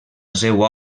seua